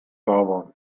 sauber